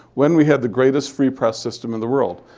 when we had the greatest free press system in the world.